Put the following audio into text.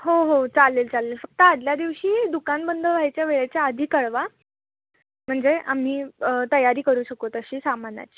हो हो चालेल चालेल फक्त आधल्या दिवशी दुकानबंद व्हायच्या वेळेच्या आधी कळवा म्हणजे आम्ही तयारी करू शकू तशी सामानाची